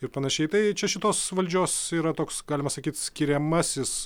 ir panašiai tai čia šitos valdžios yra toks galima sakyt skiriamasis